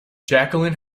jacqueline